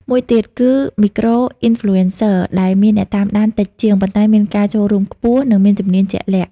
មួយទៀតគឺ Micro-Influencers ដែលមានអ្នកតាមដានតិចជាង ប៉ុន្តែមានការចូលរួមខ្ពស់ និងមានជំនាញជាក់លាក់។